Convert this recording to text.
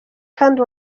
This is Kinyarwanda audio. kandi